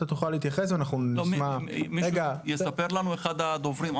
אתה תוכל להתייחס ואנחנו נשמע --- יספר לנו אחד הדוברים,